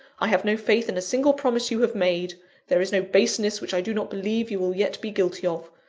i have no faith in a single promise you have made there is no baseness which i do not believe you will yet be guilty of.